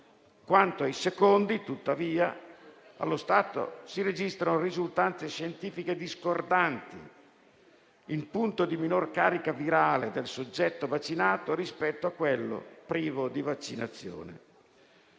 Quanto ai secondi, tuttavia, allo stato si registrano risultanze scientifiche discordanti sul punto di minor carica virale del soggetto vaccinato rispetto a quello privo di vaccinazione.